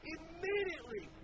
Immediately